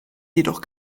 jedoch